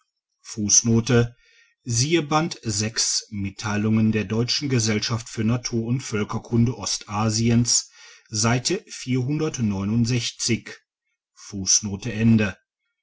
in der deutschen gesellschaft für naturund völkerkunde ostasiens